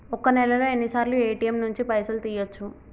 ఒక్క నెలలో ఎన్నిసార్లు ఏ.టి.ఎమ్ నుండి పైసలు తీయచ్చు?